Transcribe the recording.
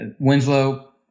Winslow